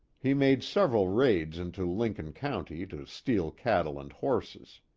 he made several raids into lincoln county to steal cattle and horses.